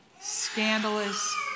scandalous